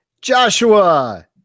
Joshua